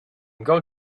going